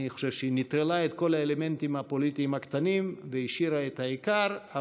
אני חושב שהיא נטרלה את כל האלמנטים הפוליטיים הקטנים והשאירה את העיקר,